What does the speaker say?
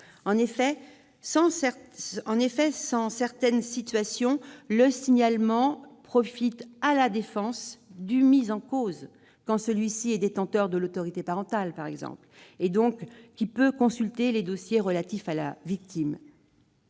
En effet, dans certaines situations, le signalement profite à la défense du mis en cause, par exemple quand celui-ci est détenteur de l'autorité parentale et peut donc consulter les dossiers relatifs à la victime